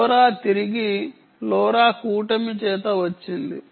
LoRa తిరిగి లోరా కూటమి చేత వచ్చింది